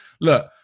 Look